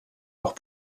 auch